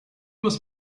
must